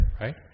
right